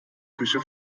küche